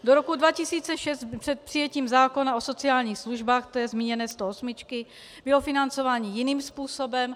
Do roku 2006, před přijetím zákona o sociálních službách, té zmíněné stoosmičky, bylo financování jiným způsobem.